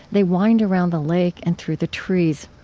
they wind around the lake and through the trees.